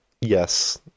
yes